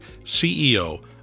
CEO